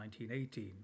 1918